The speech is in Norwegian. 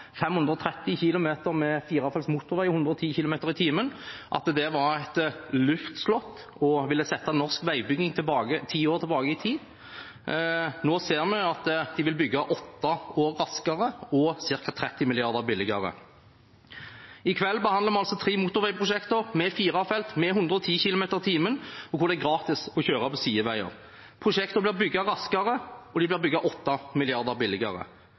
530 km firefelts motorvei med 110 km/t – var et luftslott og ville sette norsk veibygging ti år tilbake i tid. Nå ser vi at de vil bygge åtte år raskere og ca. 30 mrd. kr billigere. I kveld behandler vi tre motorveiprosjekter med fire felt og 110 km/t, og der det er gratis å kjøre på sideveier. Prosjektene blir bygget raskere, og de blir bygget 8 mrd. kr billigere.